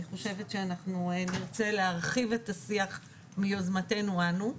חושבת שאנחנו נרצה להרחיב את השיח ביוזמתנו אנו.